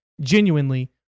genuinely